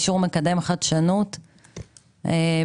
צוהריים טובים,